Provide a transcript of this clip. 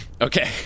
Okay